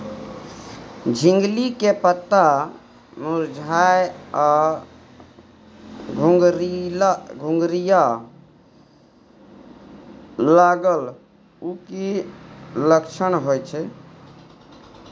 झिंगली के पत्ता मुरझाय आ घुघरीया लागल उ कि लक्षण होय छै?